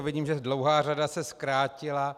Vidím, že dlouhá řada se zkrátila.